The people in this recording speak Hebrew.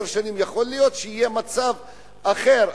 יכול להיות שיהיה מצב אחר,